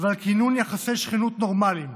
ואת הכינון של יחסי שכנות נורמליים.